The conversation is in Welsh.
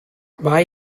mae